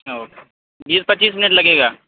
okay بیس پچیس minute لگے گا